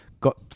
got